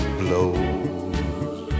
blows